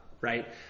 right